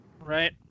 Right